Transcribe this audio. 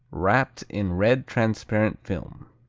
wrapped in red transparent film.